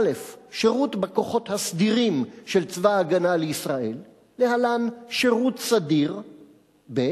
(א) שירות בכוחות הסדירים של צבא-הגנה לישראל (להלן: 'שירות סדיר'); (ב)